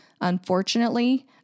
Unfortunately